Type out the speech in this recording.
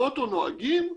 באוטו נוהגים,